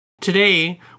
Today